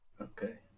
Okay